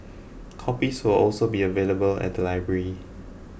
copies will also be available at the libraries